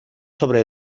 sobre